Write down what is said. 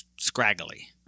scraggly